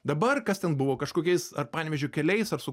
dabar kas ten buvo kažkokiais ar panevėžio keliais ar su